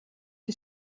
die